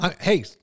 hey